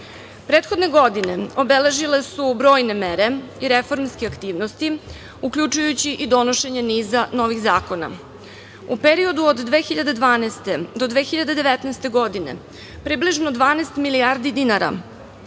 EU.Prethodne godine obeležile su brojne mere i reformske aktivnosti, uključujući i donošenje niza novih zakona.U periodu od 2012. do 2019. godine, približno 12 milijardi dinara